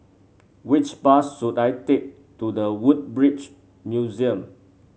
which bus should I take to The Woodbridge Museum